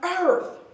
earth